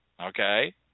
okay